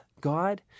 God